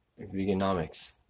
Veganomics